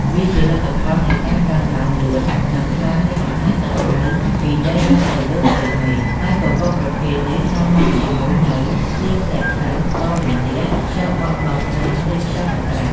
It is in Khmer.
វាជាលទ្ធផលនៃការកើនឡើងលឿន និងខ្លាំងនៃចំហាយទឹកក្តៅពីដីឡើងទៅលើផ្ទៃមេឃ ហើយពពកប្រភេទនេះនាំមកជាមួយនូវ ភ្លៀងធ្លាក់ខ្លាំង ផ្គររន្ទះ ខ្យល់បក់បោកខ្លាំង ឬខ្យល់កន្ត្រាក់។